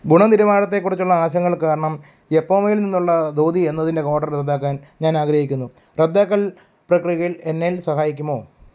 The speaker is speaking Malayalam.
ഗുണനിലവാരത്തെക്കുറിച്ചുള്ള ആശങ്കകൾ കാരണം യെപ്മേയിൽ നിന്നുള്ള ധോതി എന്നതിൻ്റെ ഓർഡർ റദ്ദാക്കാൻ ഞാൻ ആഗ്രഹിക്കുന്നു റദ്ദാക്കൽ പ്രക്രിയയിൽ എന്നെ സഹായിക്കാമോ